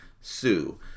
Sue